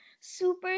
super